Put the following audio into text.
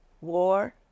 war